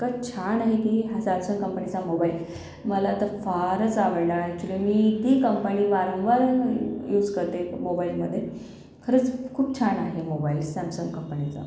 इतकं छान आहे की ह्या सॅमसंग कंपनीचा मोबाइल मला तर फारच आवडला ॲक्चुअली मी ती कंपनी वारंवार यूज करते मोबाइलमध्ये खरंच खूप छान आहे मोबाइल सॅमसंग कंपनीचा